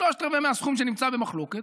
שלושת רבעי מהסכום שנמצא במחלוקת,